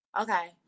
Okay